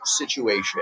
situation